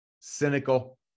cynical